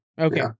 Okay